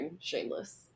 shameless